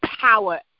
power